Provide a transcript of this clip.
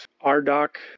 R-Doc